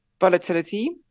volatility